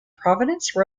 providence